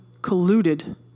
colluded